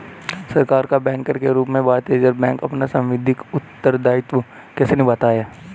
सरकार का बैंकर के रूप में भारतीय रिज़र्व बैंक अपना सांविधिक उत्तरदायित्व कैसे निभाता है?